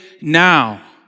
now